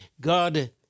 God